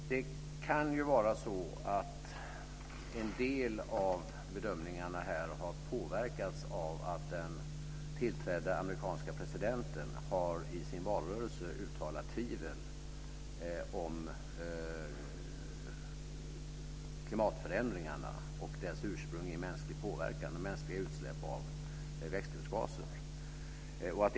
Fru talman! Det kan ju vara så att en del av bedömningarna här har påverkats av att den tillträdde amerikanske presidenten i sin valrörelse har uttalat tvivel om klimatförändringarna och deras ursprung i mänsklig påverkan och mänskliga utsläpp av växthusgaser.